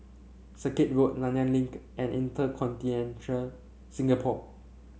Circuit Road Nanyang Link and InterContinental Singapore